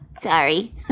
sorry